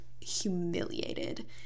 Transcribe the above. humiliated